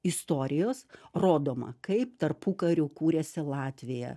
istorijos rodoma kaip tarpukariu kūrėsi latvija